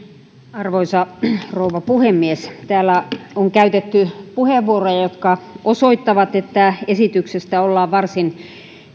arvoisa rouva puhemies täällä on käytetty puheenvuoroja jotka osoittavat että esityksestä ollaan varsin